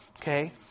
Okay